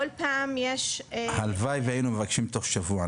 כל פעם יש -- הלוואי והיינו מבקשים תוך שבוע,